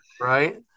right